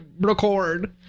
record